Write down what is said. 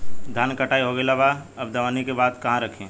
धान के कटाई हो गइल बा अब दवनि के बाद कहवा रखी?